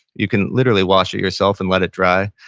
you can literally wash it yourself and let it dry.